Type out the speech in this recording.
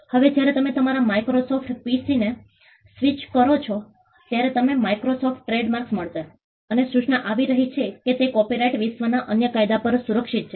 હવે જ્યારે તમે તમારા માઇક્રોસોફ્ટ પીસીને સ્વીચ કરો છો ત્યારે તમને માઇક્રોસોફ્ટ ટ્રેડમાર્ક મળશે અને સૂચના આવી રહી છે કે તે કોપીરાઈટ વિશ્વના અન્ય કાયદા દ્વારા સુરક્ષિત છે